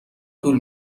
طول